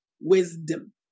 wisdom